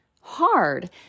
hard